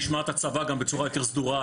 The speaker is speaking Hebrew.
נשמע את הצבא גם בצורה יותר סדורה.